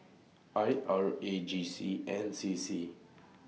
I R A G C and C C